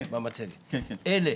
אלה